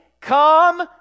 come